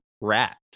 rat